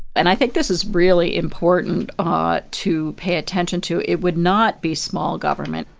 and i think this is really important ah to pay attention to. it would not be small government.